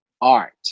art